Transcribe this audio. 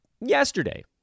yesterday